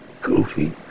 goofy